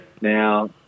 Now